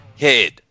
head